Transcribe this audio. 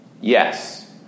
Yes